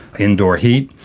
indoor heat,